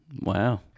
Wow